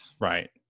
right